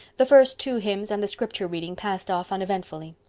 the first two hymns and the scripture reading passed off uneventfully.